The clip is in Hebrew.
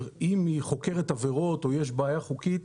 אם היא חוקרת עבירות או יש בעיה חוקית,